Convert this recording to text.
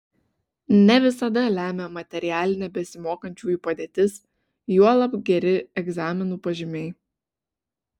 ne visada lemia materialinė besimokančiųjų padėtis juolab geri egzaminų pažymiai